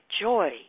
joy